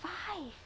five